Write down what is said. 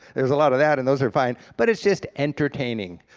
there's a lot of that and those are fine, but it's just entertaining.